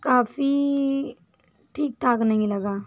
काफ़ी ठीक ठाक नहीं लगा